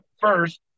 first